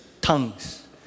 Tongues